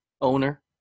owner